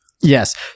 Yes